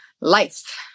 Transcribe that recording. Life